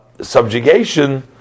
subjugation